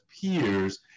peers